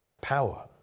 power